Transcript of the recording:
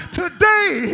today